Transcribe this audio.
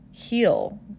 Heal